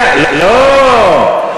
לא אמרתי חרדים.